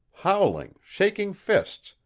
howling, shaking fists,